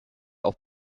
auch